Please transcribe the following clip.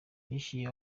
yishyuye